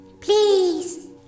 Please